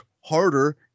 harder